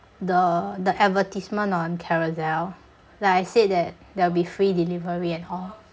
the the advertisement on carousell like I said that there would be free delivery and all